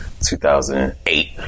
2008